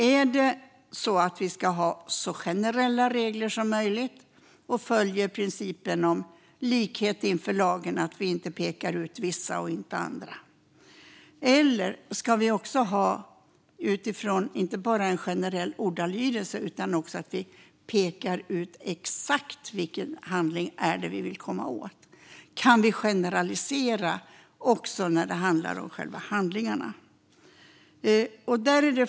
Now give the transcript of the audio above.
Är det så att vi ska ha så generella regler som möjligt och följa principen om likhet inför lagen så att vi inte pekar ut vissa och inte andra? Ska vi i stället för en generell ordalydelse peka ut exakt vilken handling det är vi vill komma åt? Kan vi generalisera också när det handlar om själva handlingarna?